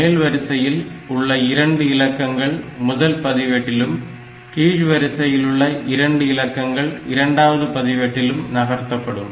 மேல் வரிசையில் உள்ள 2 இலக்கங்கள் முதல் பதிவேட்டிலும் கீழ் வரிசையில் உள்ள இரண்டு இலக்கங்கள் இரண்டாவது பதிவேட்டிலும் நகர்த்தப்படும்